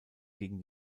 gegen